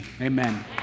amen